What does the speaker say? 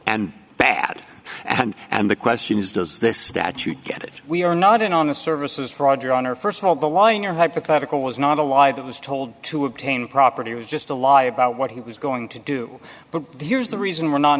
and bad and and the question is does this statute get it we are not in on the services fraud your honor st of all the law in your hypothetical was not a lie that was told to obtain property was just a lie about what he was going to do but here's the reason we're not